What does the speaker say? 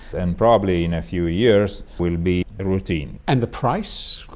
and probably in a few years will be routine. and the price?